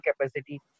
capacity